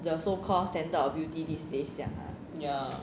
the so called standard of beauty these days 这样 lah